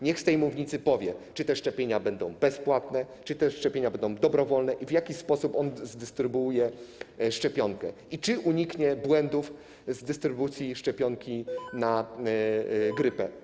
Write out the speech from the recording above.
Niech z tej mównicy powie, czy te szczepienia będą bezpłatne, czy te szczepienia będą dobrowolne, w jaki sposób on rozdystrybuuje szczepionkę i czy uniknie błędów związanych z dystrybucją szczepionki na grypę.